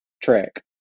track